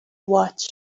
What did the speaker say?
watch